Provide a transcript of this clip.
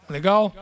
Legal